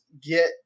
get